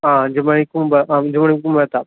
ആ അഞ്ചു മണിക്കുമുമ്പെ അഞ്ച് മണിക്ക് മുമ്പെ എത്താം